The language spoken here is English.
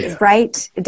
right